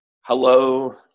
Hello